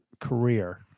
career